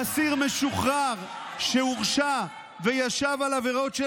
אסיר משוחרר שהורשע וישב על עבירות של